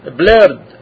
blurred